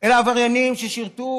אלא עבריינים ששירתו